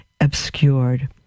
obscured